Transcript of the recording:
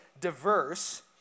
diverse